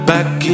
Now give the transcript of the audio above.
Back